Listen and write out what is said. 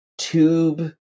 Tube